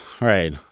right